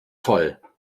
voll